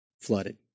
flooded